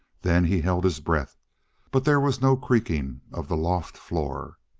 then he held his breath but there was no creaking of the loft floor.